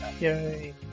Yay